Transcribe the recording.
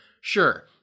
sure